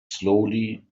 slowly